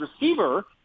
receiver